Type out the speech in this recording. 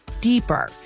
deeper